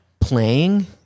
playing